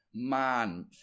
Man